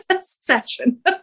session